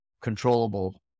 controllable